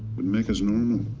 but make us normal.